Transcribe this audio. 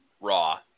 Raw